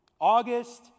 August